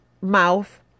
mouth